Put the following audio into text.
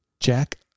Jack